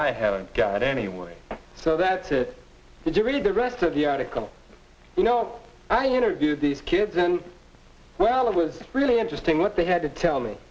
i haven't got any way so that's it did you read the rest of the article you know i interviewed these kids and well it was really interesting what they had to tell me